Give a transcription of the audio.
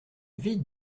vite